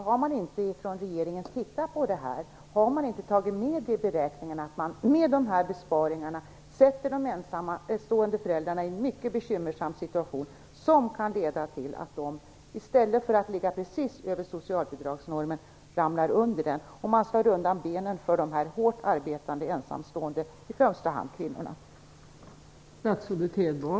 Har man inte från regeringens sida studerat detta och tagit med i beräkningarna att man med sådana här besparingar försätter de ensamstående föräldrarna i en mycket bekymmersam situation, som kan leda till att de i stället för att ligga precis över socialbidragsnormen ramlar under den? Därmed slår man undan benen på de hårt arbetande ensamstående föräldrarna, i första hand kvinnor.